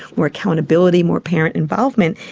more accountability, more parent involvement.